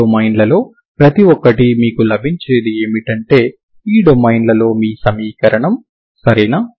ఈ డొమైన్లలో ప్రతి ఒక్కటి మీకు లభించేది ఏమిటంటే ఈ డొమైన్లలో మీ సమీకరణం సరేనా